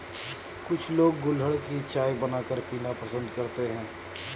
कुछ लोग गुलहड़ की चाय बनाकर पीना पसंद करते है